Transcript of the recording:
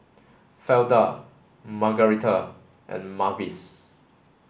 Fleda Margarita and Mavis